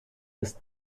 ist